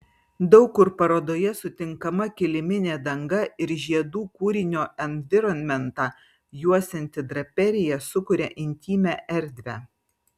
daug kur parodoje sutinkama kiliminė danga ir žiedų kūrinio environmentą juosianti draperija sukuria intymią erdvę